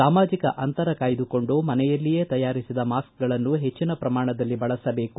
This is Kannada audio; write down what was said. ಸಾಮಾಜಿಕ ಅಂತರ ಕಾಯ್ದುಕೊಂಡು ಮನೆಯಲ್ಲಿಯೇ ತಯಾರಿಸಿದ ಮಾಸ್ಕ್ಗಳನ್ನು ಹೆಚ್ಚಿನ ಪ್ರಮಾಣದಲ್ಲಿ ಬಳಸಬೇಕು